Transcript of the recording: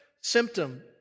symptom